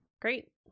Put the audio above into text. Great